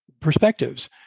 perspectives